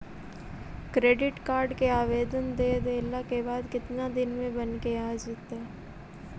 Credit card के आवेदन दे देला के बाद केतना दिन में बनके आ जइतै?